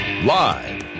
Live